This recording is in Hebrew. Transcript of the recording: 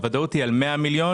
הוודאות היא על 100 מיליון.